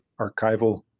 archival